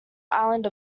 island